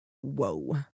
whoa